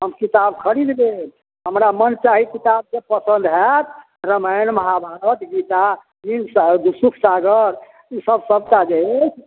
हम किताब खरिद लेब हमरा मोन चाही किताब जे पसन्द हैत रमायण महाभारत गीता भीम सा सुखसागर ईसब सबटा जे अछि